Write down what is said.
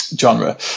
genre